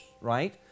right